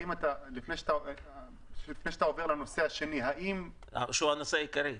לפני שאתה עובר לנושא השני -- שהוא הנושא העיקרי.